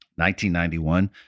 1991